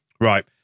Right